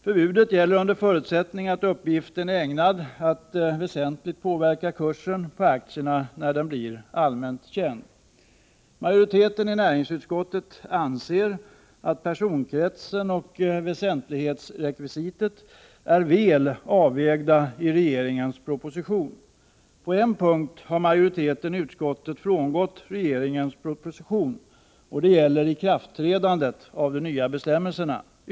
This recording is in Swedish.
Förbudet gäller under förutsättning att uppgiften är ägnad att väsentligt påverka kursen på aktierna när den blir allmänt känd. Majoriteten i näringsutskottet anser att personkretsen och väsentlighetsrekvisitet är väl avvägda i regeringens proposition. På en punkt har majoriteten i utskottet frångått regeringens proposition, och det gäller ikraftträdandet av de nya bestämmelserna.